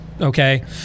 okay